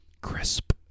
Crisp